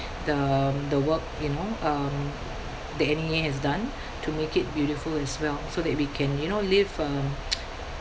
the um the work you know um the N_E_A has done to make it beautiful as well so that we can you know live um